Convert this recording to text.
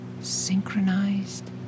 synchronized